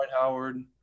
Howard